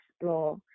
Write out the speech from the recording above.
explore